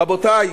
רבותי,